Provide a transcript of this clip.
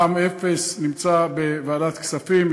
מע"מ אפס נמצא בוועדת כספים,